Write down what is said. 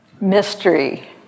mystery